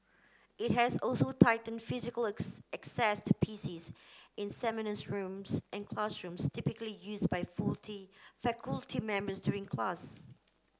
it has also tighten physical access to PCs in seminars rooms and classrooms typically use by faulty faculty members during class